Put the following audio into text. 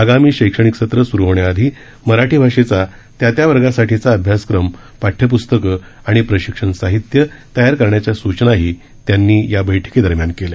आगामी शैक्षणिक सत्र सुरू होण्याआधी मराठी भाषेचा त्या त्या वर्गासाठीचा अभ्यासक्रम पाठ्यप्स्तकं आणि प्राशिक्षण साहित्य तयार करण्याच्या सूचनाही त्यांनी या बैठकीदरम्यान केल्या